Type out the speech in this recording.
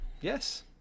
Yes